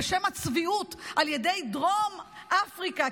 בשם הצביעות על ידי דרום אפריקה,